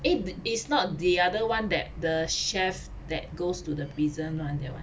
eh it's not the other one that the chef that goes to the prison [one] that [one]